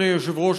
אדוני היושב-ראש,